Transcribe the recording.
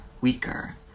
weaker